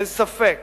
אין ספק